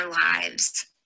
lives